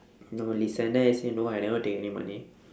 no listen then I say no I never take any money